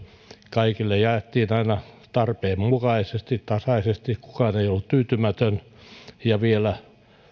kaikille jaettiin aina tarpeen mukaisesti tasaisesti kukaan ei ollut tyytymätön ja vielä